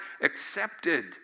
accepted